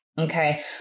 Okay